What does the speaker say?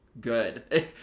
good